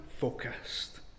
focused